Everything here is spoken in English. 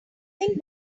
think